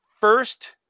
first